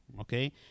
okay